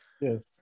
yes